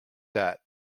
that